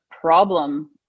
problem